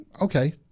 okay